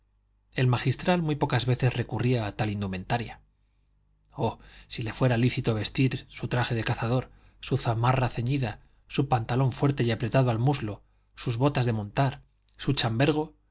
el magistral muy pocas veces recurría a tal indumentaria oh si le fuera lícito vestir su traje de cazador su zamarra ceñida su pantalón fuerte y apretado al muslo sus botas de montar su chambergo